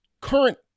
current